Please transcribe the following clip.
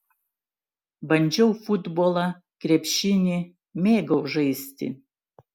bandžiau futbolą krepšinį mėgau žaisti